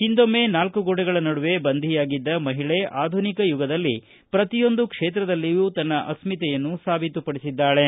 ಹಿಂದೊಮ್ಮ ನಾಲ್ಕು ಗೋಡೆಗಳ ನಡುವೆ ಬಂಧಿಯಾಗಿದ್ದ ಮಹಿಳೆ ಆಧುನಿಕ ಯುಗದಲ್ಲಿ ಪ್ರತಿಯೊಂದು ಕ್ಷೇತ್ರದಲ್ಲಿಯೂ ತನ್ನ ಅಸ್ಕಿತೆಯನ್ನು ಸಾಬೀತುಪಡಿಸಿದ್ದಾಳೆ